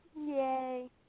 Yay